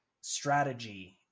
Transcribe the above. strategy